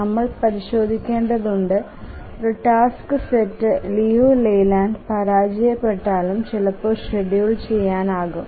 നമ്മൾ പരിശോധിക്കേണ്ടതുണ്ട് ഒരു ടാസ്ക് സെറ്റ് ലിയു ലെയ്ലാൻഡിനെ പരാജയപെട്ടാലും ചിലപ്പോ ഷെഡ്യൂൾ ചെയ്യാനാകും